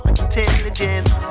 intelligence